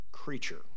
creature